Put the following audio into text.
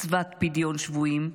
מצוות פדיון שבויים?